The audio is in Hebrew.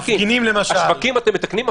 שהמתחרה החזק ביותר שלו זה הקניון הגדול בפתח